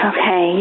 Okay